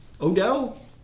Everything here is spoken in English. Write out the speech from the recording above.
Odell